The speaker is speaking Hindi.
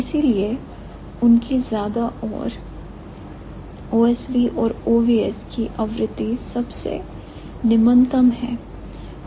इसलिए उनकी ज्यादा और OSV और OVS की आवृत्ति सबसे निमनतम है